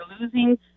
losing